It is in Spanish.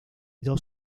dos